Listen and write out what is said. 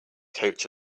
coach